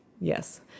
yes